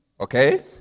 Okay